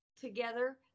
together